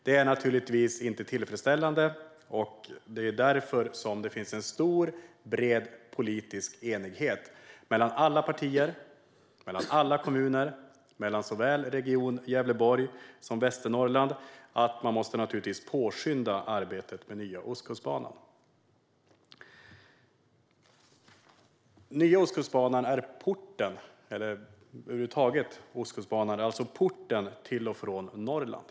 Detta är naturligtvis inte tillfredsställande, och det är därför det finns en bred politisk enighet mellan alla partier och kommuner, såväl Region Gävleborg som Västernorrland, om att arbetet med Nya Ostkustbanan måste påskyndas. Nya Ostkustbanan är porten till och från Norrland.